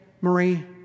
Marie